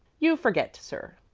you forget, sir,